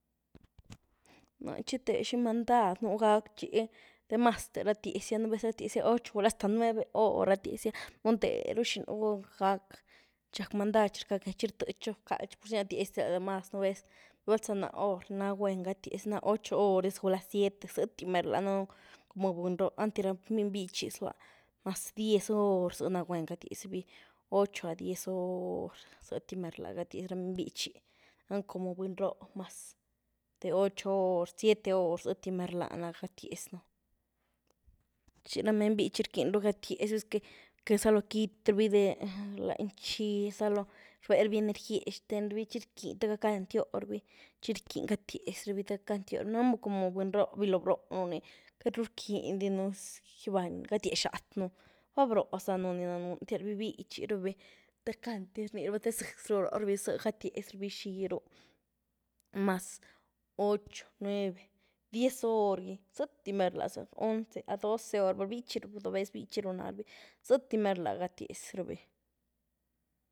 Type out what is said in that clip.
Náh txi te xi mandad núh gak txi demaste rat-dyazia, nú vez rat-dyazía ocho gulá hasta nueve hor rat-dyazía, cum théru xinú gack, txi rack mandad, txi rcká get, txi rtëtxa bcald txi pur ni rat-dyazía mas nú vez, per val za náh hor ni ná guen gatdyazía ni naá ocho hor diz gulá siete zëty ná mer-lá, danunu como buny róh, einty rá miny bítxy zlúa mas diez hor zy ná guen gatdyaz rabí, ocho a diez hor zëty mer lá gatdyaz ra miny bítxy, danunu como buny róh mëz de ocho hor, siete hor zëty mer lá na gatdyazinú, txi ra miny bítxy rquiny rú gatdyazy esque que zalóh quit rabi de laytxi za’lo, rbé raby energía xten rabi, txi rquiny, te gackan tióh raby txi rquiny gatdyaz rábí te gackan tióh rabi, danun como buny róh, bgilo bróh nu’ ni, quiety rúh rquindy un gatdyazy xáthnu, vá broh zanu ní danunu einty lá’rabi bitxy rabi te rni rába zëzy rú roh rabi zy gatdyazy rabí xí rú, mas ocho, nueve, diez hor gy, zëty mer lá za, once a doce hor val bítxy ru, bdóh béhz bítxy rú ná rabi, zëty mér lá gatdyazy rabí.